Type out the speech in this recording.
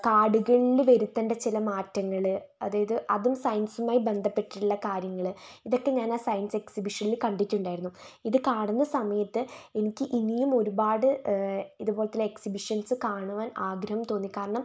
കാടുകളിൽ വരുത്തേണ്ട ചില മാറ്റങ്ങൾ അതായത് അതും സയൻസുമായി ബദ്ധപ്പെട്ടിട്ടുള്ള കാര്യങ്ങൾ ഇതൊക്കെ ഞാൻ ആ സയൻസ് എക്സിബിഷനിൽ കണ്ടിട്ടുണ്ടായിരുന്നു ഇത് കാണുന്ന സമയത്ത് എനിക്ക് ഇനിയും ഒരുപാട് ഇതുപോലത്തെ എക്സിബിഷൻസ് കാണുവാൻ ആഗ്രഹം തോന്നി കാരണം